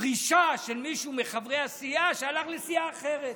פרישה של מישהו מחברי הסיעה שהלך לסיעה אחרת.